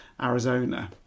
Arizona